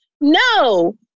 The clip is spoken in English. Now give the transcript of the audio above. No